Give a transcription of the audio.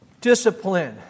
Discipline